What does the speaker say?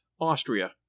Austria